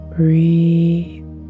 breathe